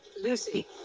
Lucy